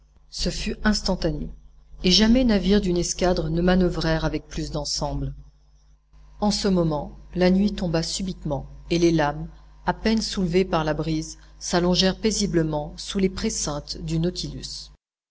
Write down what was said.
ce fut instantané et jamais navires d'une escadre ne manoeuvrèrent avec plus d'ensemble en ce moment la nuit tomba subitement et les lames à peine soulevées par la brise s'allongèrent paisiblement sous les précintes du nautilus